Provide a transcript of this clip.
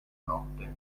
notte